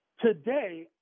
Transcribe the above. today